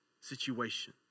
situation